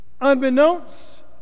Unbeknownst